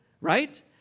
Right